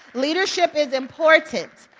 leadership is important,